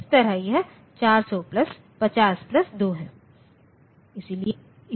इस तरह यह 400 प्लस 50 प्लस 2 है